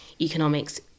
economics